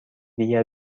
دیگر